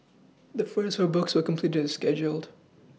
the first four books were completed as scheduled